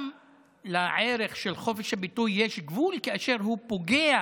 גם לערך של חופש הביטוי יש גבול כאשר הוא פוגע